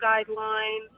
guidelines